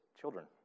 children